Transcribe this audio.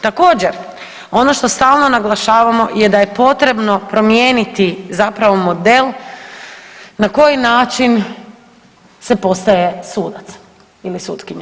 Također ono što stalno naglašavamo je da je potrebno promijeniti zapravo model na koji način se postaje sudac ili sutkinja.